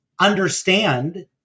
understand